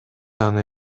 аны